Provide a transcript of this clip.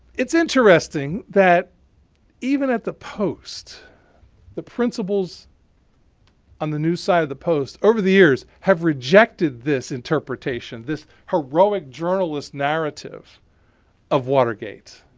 it's interesting that even at the post the principles on the news side of the post over the years have rejected this interpretation, this heroic journalist narrative of watergate.